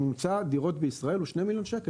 ממוצע דירות בישראל הוא 2 מיליון שקל.